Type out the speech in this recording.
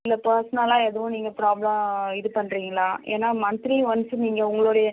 இல்லை பேர்ஸ்னலாக எதுவும் நீங்கள் ப்ராப்ளம் இது பண்ணுறிங்களா ஏன்னா மந்த்லி ஒன்ஸ்ஸு நீங்கள் உங்களுடைய